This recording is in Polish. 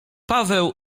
paweł